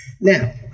Now